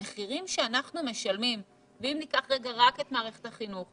המחירים שאנחנו משלמים: אם ניקח רגע רק את מערכת החינוך,